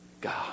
God